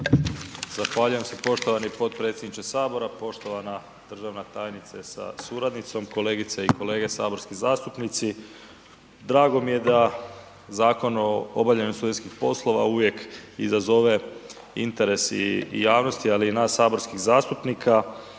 Zahvaljujem se. Poštovani potpredsjedniče Sabora, poštovana državna tajnice sa suradnicom, kolegice i kolege saborski zastupnici. Drago mi je da Zakon o obavljanju studentskih poslova izazove interes i javnosti, ali i nas saborskih zastupnika.